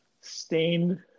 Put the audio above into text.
stained